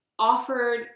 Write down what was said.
offered